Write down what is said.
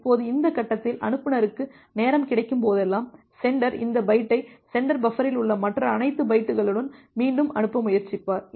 இப்போது இந்த கட்டத்தில் அனுப்புநருக்கு நேரம் கிடைக்கும்போதெல்லாம் சென்டர் இந்த பைட்டை சென்டர் பஃபரில் உள்ள மற்ற அனைத்து பைட்டுகளுடன் மீண்டும் அனுப்ப முயற்சிப்பார்